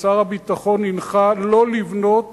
ששר הביטחון הנחה שלא לבנות